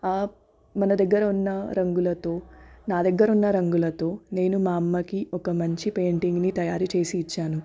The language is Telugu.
మన దగ్గర ఉన్న రంగులతో నా దగ్గర ఉన్న రంగులతో నేను మా అమ్మకి ఒక మంచి పెయింటింగ్ని తయారుచేసి ఇచ్చాను